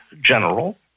general